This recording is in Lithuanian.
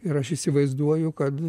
ir aš įsivaizduoju kad